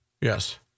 Yes